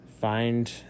find